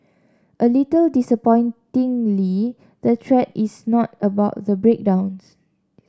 a little disappointingly the thread is not about the breakdowns